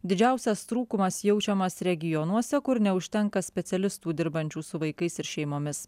didžiausias trūkumas jaučiamas regionuose kur neužtenka specialistų dirbančių su vaikais ir šeimomis